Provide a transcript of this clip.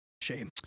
shame